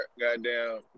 goddamn